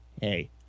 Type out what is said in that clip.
hey